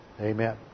Amen